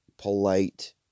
polite